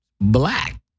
Black